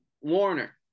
Warner